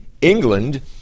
England